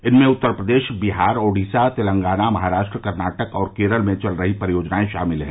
इनमें उत्तर प्रदेश बिहार ओडिसा तेलंगाना महाराष्ट्र कर्नाटक और केरल में चल रही परियोजनाएं शामिल हैं